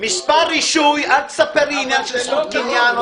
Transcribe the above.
- מספר רישוי, אל תספר לי עניין של זכות קניין.